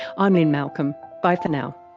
i'm lynne malcolm. bye for now